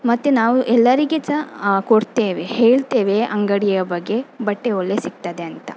ಮತ್ತು ನಾವು ಎಲ್ಲರಿಗೆ ಸಹ ಕೊಡ್ತೇವೆ ಹೇಳ್ತೇವೆ ಅಂಗಡಿಯ ಬಗ್ಗೆ ಬಟ್ಟೆ ಒಳ್ಳೆ ಸಿಗ್ತದೆ ಅಂತ